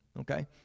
okay